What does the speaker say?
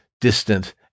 distant